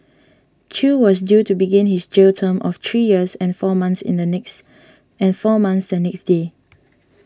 Chew was due to begin his jail term of three years and four months the next day